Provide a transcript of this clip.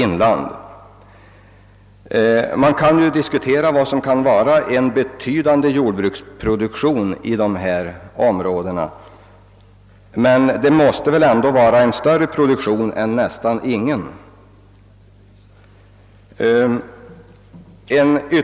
Man kan naturligtvis diskutera vad som är en betydande jordbruksproduktion i dessa områden, men det måste väl ändå vara en större produktion än nästan ingen.